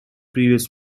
previous